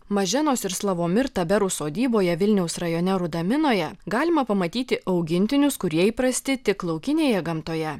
maženos ir slavomir taberų sodyboje vilniaus rajone rudaminoje galima pamatyti augintinius kurie įprasti tik laukinėje gamtoje